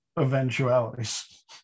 eventualities